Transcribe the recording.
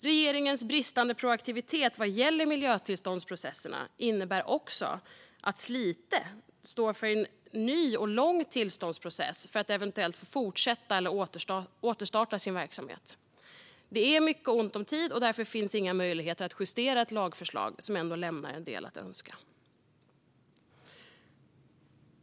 Regeringens bristande proaktivitet vad gäller miljötillståndsprocesserna innebär också att Slite står inför en ny och lång tillståndsprocess för att eventuellt få fortsätta eller återstarta sin verksamhet. Det är mycket ont om tid, och därför finns inga möjligheter att justera ett lagförslag som ändå lämnar en del att önska.